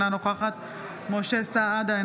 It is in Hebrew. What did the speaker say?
אינה נוכחת משה סעדה,